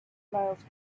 miles